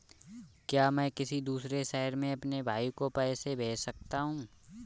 क्या मैं किसी दूसरे शहर में अपने भाई को पैसे भेज सकता हूँ?